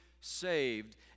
saved